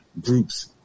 groups